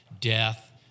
death